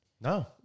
No